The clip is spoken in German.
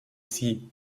sie